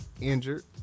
injured